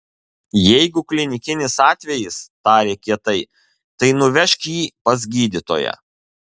jeigu klinikinis atvejis tarė kietai tai nuvežk jį pas gydytoją